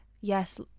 yes